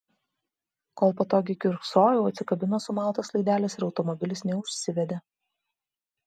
kol patogiai kiurksojau atsikabino sumautas laidelis ir automobilis neužsivedė